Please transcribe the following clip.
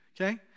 Okay